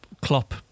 Klopp